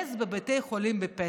חמץ בבתי חולים בפסח.